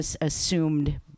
assumed